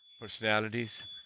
personalities